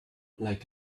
like